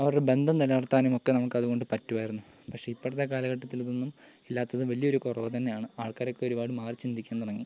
അവരുടെ ബന്ധം നിലനിർത്താനും ഒക്കെ നമുക്ക് അതു കൊണ്ട് പറ്റുമായിരുന്നു പക്ഷേ ഇപ്പോഴത്തെ കാലഘട്ടത്തിൽ ഇതൊന്നും ഇല്ലാത്തത് വലിയ ഒരു കുറവ് തന്നെയാണ് ആൾക്കാരൊക്കെ ഒരുപാട് മാറി ചിന്തിക്കാൻ തുടങ്ങി